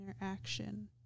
interaction